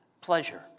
pleasure